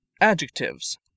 Adjectives